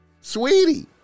Sweetie